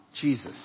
Jesus